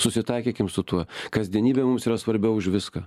susitaikykim su tuo kasdienybė mums yra svarbiau už viską